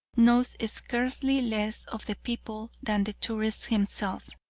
knows scarcely less of the people than the tourist himself,